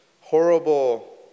horrible